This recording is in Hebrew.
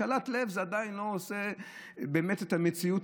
משאלת לב עדיין לא מכתיבה את המציאות.